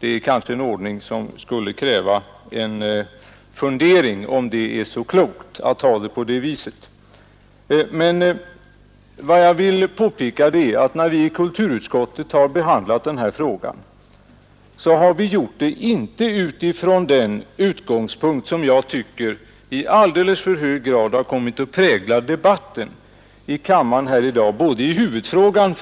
Man kanske kan fundera litet på om det är så klokt att ha en sådan ordning. När vi i kulturutskottet har behandlat denna fråga, så har vi inte gjort det utifrån den utgångspunkt som i alltför hög grad har kommit att prägla dagens debatt både i huvudfrågan